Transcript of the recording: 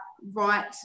right